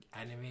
anime